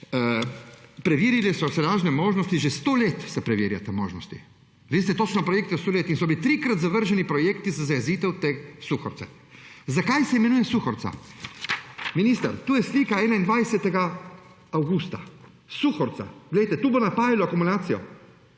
preverile so se razne možnosti, že sto let se preverjajo te možnosti. Veste točno, da so bili v stotih letih trikrat zavrženi projekti za zajezitev te Suhorice. Zakaj se imenuje Suhorica? Minister, tu je slika 21. avgusta. Suhorica. Glejte, to bo napajalo akumulacijo,